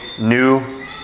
new